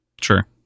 Sure